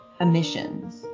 Emissions